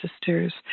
sisters